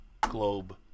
globe